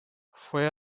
fue